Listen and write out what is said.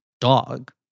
dog